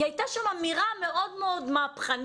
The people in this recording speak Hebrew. כי הייתה שם אמירה מאוד מהפכנית.